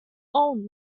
owned